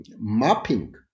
mapping